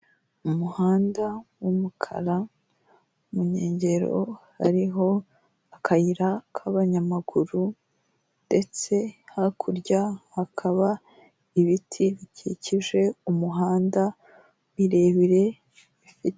Umuhanda w'umukara mu nkengero hariho akayira k'abanyamaguru ndetse hakurya hakaba ibiti bikikije umuhanda birebire bifite.